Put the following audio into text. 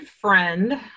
friend